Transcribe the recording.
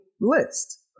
list